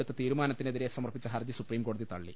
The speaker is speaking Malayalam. എടുത്ത തീരുമാനത്തിനെതിരെ സമർപ്പിച്ച ഹർജി സുപ്രീംകോടതി തള്ളി